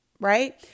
Right